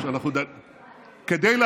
הוא לא